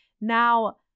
Now